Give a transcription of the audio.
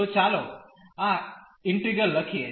તો ચાલો આ ઈન્ટિગ્રલ લખીએ